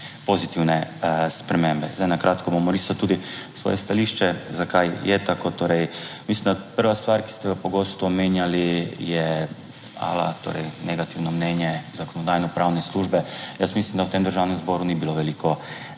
pozitivne spremembe. Zdaj na kratko bom orisal tudi svoje stališče. Zakaj je tako, torej, mislim, da prva stvar, ki ste jo pogosto omenjali je, torej negativno mnenje Zakonodajno-pravne službe? Jaz mislim, da v tem državnem zboru ni bilo veliko